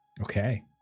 Okay